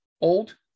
old